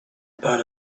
about